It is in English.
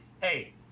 hey